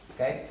Okay